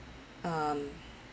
um